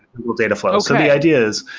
google dataflow. so the idea is,